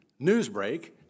Newsbreak